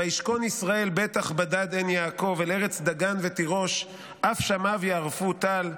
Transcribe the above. וישכון ישראל בטח בדד עין יעקב אל ארץ דגן ותירוש אף שמיו יערפו טל.